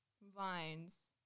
Vines